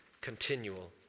continual